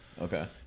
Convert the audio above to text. okay